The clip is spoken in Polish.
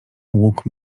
łuk